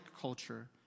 culture